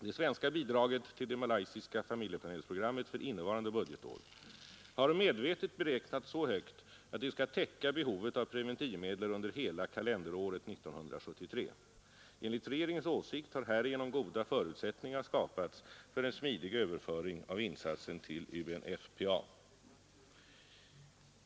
Det svenska bidraget till det malaysiska familjeplaneringsprogrammet för innevarande budgetår har medvetet beräknats så högt att det skall täcka behovet av preventivmedel under hela kalenderåret 1973. Enligt regeringens åsikt har härigenom goda förutsättningar skapats för en smidig överföring av insatsen till UNFPA.